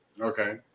Okay